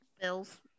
Bills